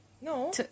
No